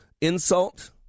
insult